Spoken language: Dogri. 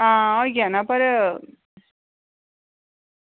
आं होई जाना पर